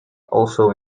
also